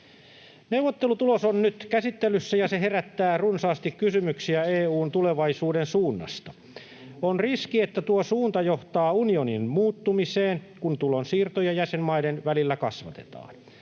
Neuvottelutulos on nyt käsittelyssä, ja se herättää runsaasti kysymyksiä EU:n tulevaisuuden suunnasta. On riski, että tuo suunta johtaa unionin muuttumiseen, kun tulonsiirtoja jäsenmaiden välillä kasvatetaan.